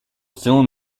film